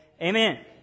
Amen